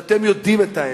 שאתם יודעים את האמת,